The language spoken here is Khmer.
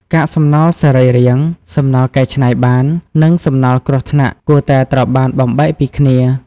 កាកសំណល់សរីរាង្គ សំណល់កែច្នៃបាន និងសំណល់គ្រោះថ្នាក់ គួរតែត្រូវបានបំបែកពីគ្នា។